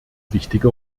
wichtige